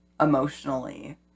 emotionally